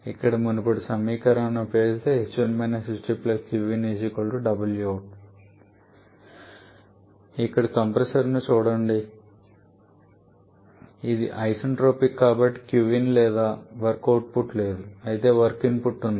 ఇక్కడ మునుపటి సమీకరణాన్ని ఉపయోగిస్తే ఇప్పుడు కంప్రెషర్ను చూడండి ఇది ఐసెన్ట్రోపిక్ కాబట్టి qin లేదు మరియు వర్క్ అవుట్పుట్ లేదు అయితే వర్క్ ఇన్పుట్ ఉంది